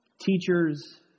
teachers